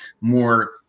more